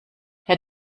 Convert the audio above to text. herr